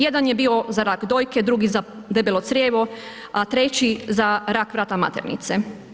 Jedan je bio za rak dojke, drugi za debelo crijevo a treći za rak vrata maternice.